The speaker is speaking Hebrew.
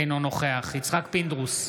אינו נוכח יצחק פינדרוס,